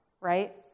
right